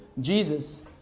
Jesus